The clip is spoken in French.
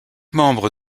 membres